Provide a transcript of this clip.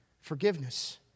forgiveness